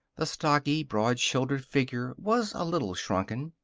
the stocky, broad-shouldered figure was a little shrunken.